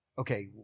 Okay